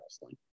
wrestling